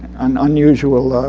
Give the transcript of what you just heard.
an unusual